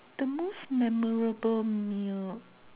the most memorable meal